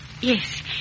Yes